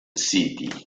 city